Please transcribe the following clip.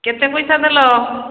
କେତେ ପଇସା ଦେଲ